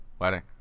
wedding